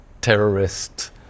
terrorist